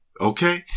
Okay